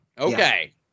Okay